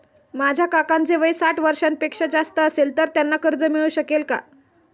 माझ्या काकांचे वय साठ वर्षांपेक्षा जास्त असेल तर त्यांना कर्ज मिळू शकेल का?